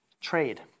trade